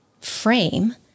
frame